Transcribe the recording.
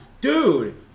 Dude